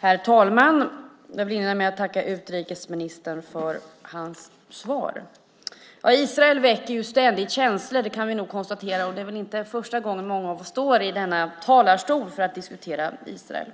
Herr talman! Jag vill inleda med att tacka utrikesministern för hans svar. Israel väcker ständigt känslor kan vi nog konstatera, och det är inte första gången många av oss står i denna talarstol för att diskutera Israel.